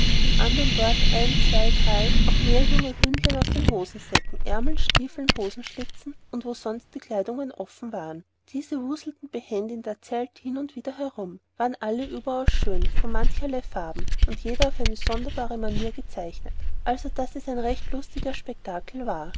dem andern dort ein zwei drei auch mehr junge hündlein aus den hosensäcken ärmeln stiefeln hosenschlitzen und wo sonst die kleidungen offen waren diese wuselten behend in der zelt hin und wieder herum waren alle überaus schön von mancherlei farben und jeder auf eine sonderbare manier gezeichnet also daß es ein recht lustig spektakul war